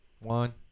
one